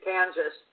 Kansas